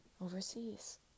overseas